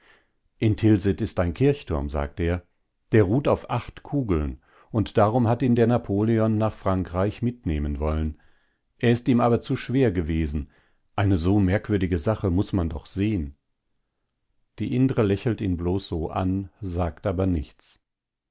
in tilsit ist ein kirchturm sagt er der ruht auf acht kugeln und darum hat ihn der napoleon immer nach frankreich mitnehmen wollen er ist ihm aber zu schwer gewesen eine so merkwürdige sache muß man doch sehen die indre lächelt ihn bloß so an sagt aber nichts